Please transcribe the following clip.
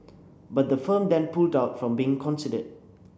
but the firm then pulled out from being considered